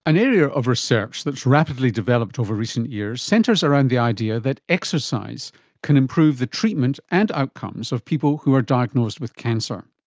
an area of research that has rapidly developed over recent years centres around the idea that exercise can improve the treatment and outcomes of people who are diagnosed with cancer.